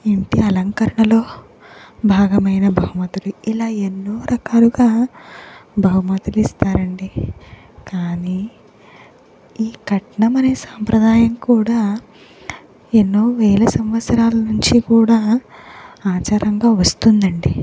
ఇంటి అలంకరణలో భాగమైన బహుమతులు ఇలా ఎన్నో రకాలుగా బహుమతులు ఇస్తారండి కానీ ఈ కట్నం అనే సంప్రదాయం కూడా ఎన్నో వేల సంవత్సరాల నుంచి కూడా ఆచారంగా వస్తుందండి